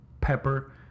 pepper